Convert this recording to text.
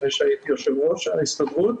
לפני שהייתי יו"ר ההסתדרות.